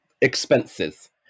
expenses